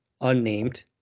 unnamed